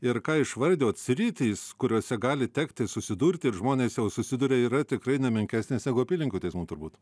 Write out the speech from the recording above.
ir ką išvardijot sritys kuriose gali tekti susidurti ir žmonės jau susiduria yra tikrai ne menkesnės negu apylinkių teismų turbūt